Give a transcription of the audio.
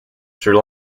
sri